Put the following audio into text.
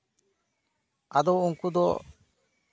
ᱟᱫᱚ ᱩᱱᱠᱩ ᱫᱚ